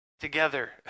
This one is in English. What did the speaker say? together